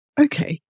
okay